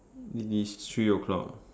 it is three o-clock